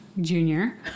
Junior